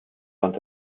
fand